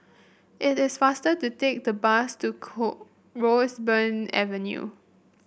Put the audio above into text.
it is faster to take the bus to core Roseburn Avenue